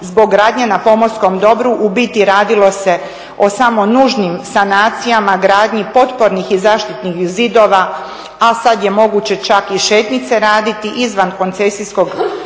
zbog radnje na pomorskom dobru. U biti radilo se o samo nužnim sanacijama, gradnji potpornih i zaštitnim zidova, a sad je moguće čak i šetnice raditi izvan koncesijskog i